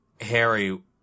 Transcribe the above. Harry